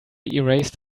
erased